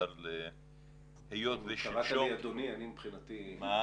אבל היות ושלשום ערכתי זום עם 80 תלמידים,